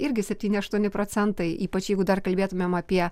irgi septyni aštuoni procentai ypač jeigu dar kalbėtumėm apie